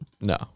No